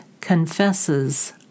confesses